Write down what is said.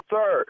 Sir